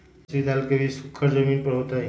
मसूरी दाल के बीज सुखर जमीन पर होतई?